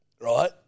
right